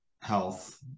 health